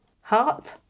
Heart